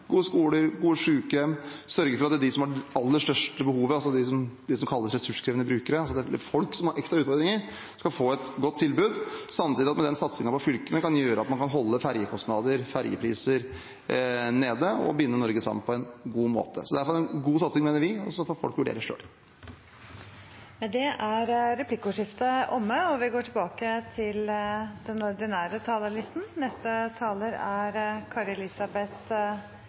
gode skoler og gode sykehjem og sørge for at de som har det aller største behovet – de som kalles ressurskrevende brukere, folk som har ekstra utfordringer – skal få et tilbud. Samtidig kan man med den satsingen til fylkene holde ferjekostnader og ferjepriser nede og binde Norge sammen på en god måte. Derfor er det en god satsing, mener vi, og så får folk vurdere selv. Replikkordskiftet er omme. I år har vi sett hvor mye velferden og fellesskapet betyr. Vi har sett hvor viktig det er